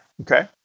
Okay